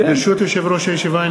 ברשות יושב-ראש הישיבה,